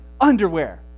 underwear